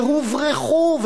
שהוברחו,